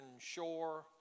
shore